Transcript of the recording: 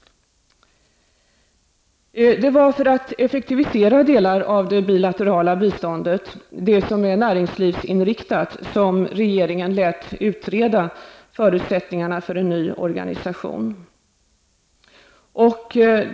Det var för att effektivisera delar av det bilaterala biståndet, dvs. det bistånd som är näringsinriktat, som regeringen lät utreda förutsättningarna för för en ny organisation.